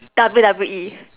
W_W_E